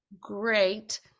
great